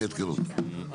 טוב.